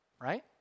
right